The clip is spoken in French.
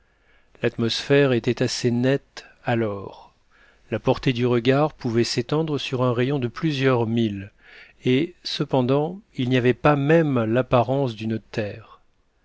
l'atmosphère était assez nette alors la portée du regard pouvait s'étendre sur un rayon de plusieurs milles et cependant il n'y avait pas même l'apparence d'une terre